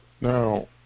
Now